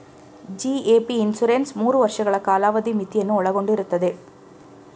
GAP insurance ಮೂರು ವರ್ಷಗಳ ಕಾಲಾವಧಿ ಮಿತಿಯನ್ನು ಒಳಗೊಂಡಿರುತ್ತದೆ